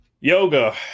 Yoga